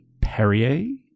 Perrier